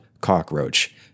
cockroach